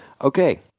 Okay